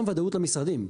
וגם וודאות למשרדים.